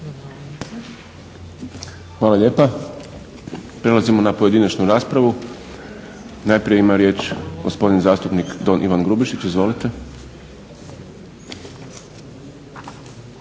Hvala lijepa. Prelazimo na pojedinačnu raspravu. Najprije ima riječ gospodin zastupnik Don Ivan Grubišić. Izvolite.